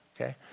Okay